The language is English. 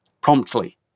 promptly